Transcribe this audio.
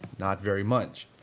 not very much.